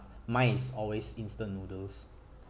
mine is always instant noodles